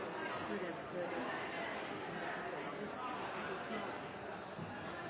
Så har vi